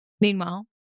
Meanwhile